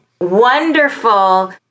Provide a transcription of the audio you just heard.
wonderful